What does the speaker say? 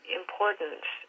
importance